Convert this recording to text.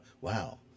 wow